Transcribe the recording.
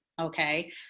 Okay